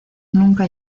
nunca